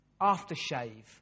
aftershave